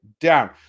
down